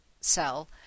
cell